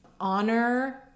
honor